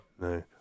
No